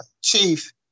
chief